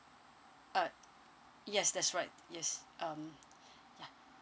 uh yes that's right yes um ya